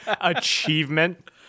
achievement